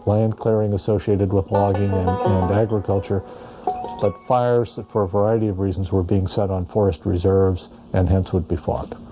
land clearing associated with logging and agriculture but like fires for a variety of reasons were being set on forest reserves and hence would be fought